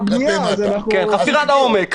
חפירה לעומק.